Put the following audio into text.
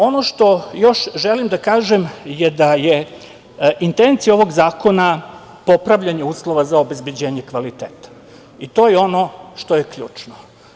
Ono što još želim da kažem je da je intencija ovog zakona popravljanje uslova za obezbeđenje kvaliteta i to je ono što je ključno.